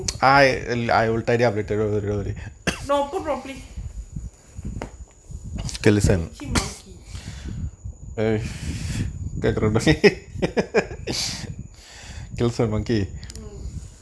no put properly such a ichi monkey mm